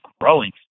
growing